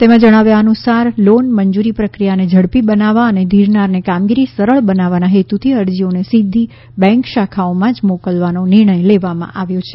તેમાં જણાવ્યા અનુસાર લોન મંજૂરી પ્રક્રિ યાને ઝડપી બનાવવા અને ધીરનારને કામગીરી સરળ બનાવવાના હેતુથી અરજીઓને સીધા બેંક શાખાઓમાં જ મોકલવાનો નિર્ણય લેવામાં આવ્યો છે